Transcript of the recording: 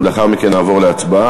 ולאחר מכן נעבור להצבעה.